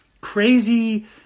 crazy